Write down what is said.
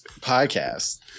podcast